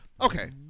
Okay